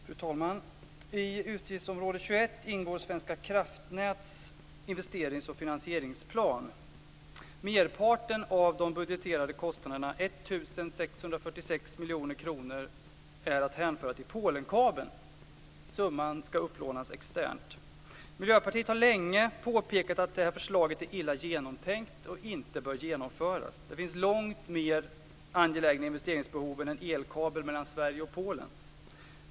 Fru talman! I utgiftsområde 21 ingår Svenska kraftnäts investerings och finansieringsplan. Merparten av de budgeterade kostnaderna, 1 646 miljoner kronor, är att hänföra till Polenkabeln. Summan skall upplånas externt. Miljöpartiet har länge påpekat att förslaget är illa genomtänkt och inte bör genomföras. Det finns långt mer angelägna investeringsbehov än en elkabel mellan Sverige och Polen.